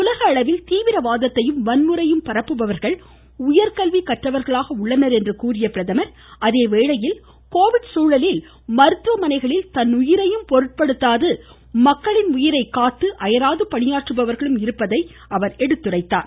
உலக அளவில் தீவிரவாதத்தையும் வன்முறையையும் பரப்புபவர்கள் உயர்கல்வி கற்றவர்களாக உள்ளனர் என்று கூறிய பிரதமர் அதே வேளையில் கோவிட் சூழலில் மருத்துவமனைகளில் தன்னுயிரையும் பொருட்படுத்தாது மக்களின் உயிரை காத்து அயராது பணியாற்றுபவர்களும் இருப்பதை அவர் சுட்டிக்காட்டினார்